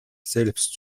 selbst